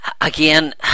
again